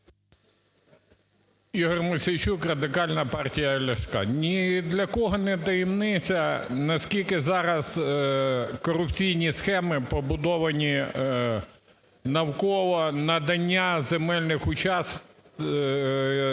Ігор Мосійчук, Радикальна партія Ляшка. Ні для кого не таємниця, наскільки зараз корупційні схеми побудовані навколо надання земельних участків